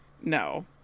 No